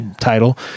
title